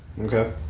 Okay